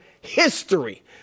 history